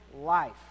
life